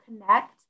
connect